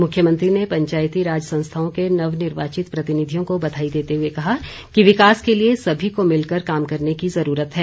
मुख्यमंत्री ने पंचायती राज संस्थाओं के नवनिर्वाचित प्रतिनिधियों को बधाई देते हुए कहा कि विकास के लिए सभी को मिलकर काम करने की जरूरत है